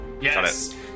Yes